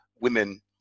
women